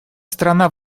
страна